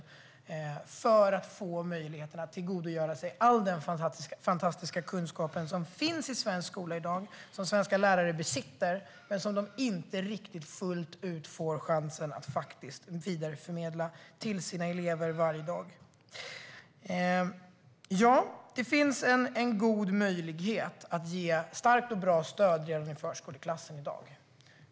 Det behöver de för att få möjligheten att tillgodogöra sig all den fantastiska kunskap som i dag finns i svensk skola. Det är den kunskap som svenska lärare besitter men som de inte riktigt fullt ut får chansen att vidareförmedla till sina elever varje dag. Det finns en god möjlighet att ge starkt och bra stöd redan i förskoleklassen i dag.